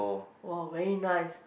!wow! very nice